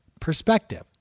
perspective